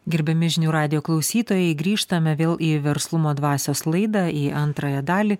gerbiami žinių radijo klausytojai grįžtame vėl į verslumo dvasios laidą į antrąją dalį